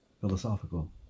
philosophical